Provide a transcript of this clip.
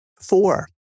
Four